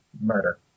murder